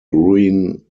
ruin